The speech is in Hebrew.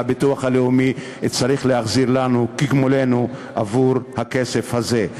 והביטוח הלאומי צריך להחזיר לנו כגמולנו עבור הכסף הזה.